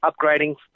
upgrading